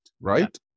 right